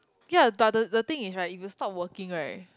ya but the the thing is right if you stop working right